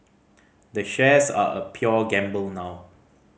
the shares are a gamble now